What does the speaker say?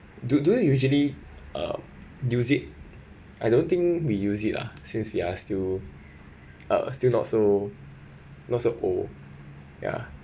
do do you usually uh use it I don't think we use it lah since we are still uh still not so not so old ya